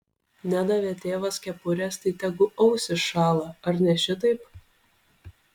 nedavė tėvas kepurės tai tegu ausys šąla ar ne šitaip